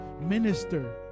minister